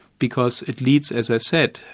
because it leads, as i said,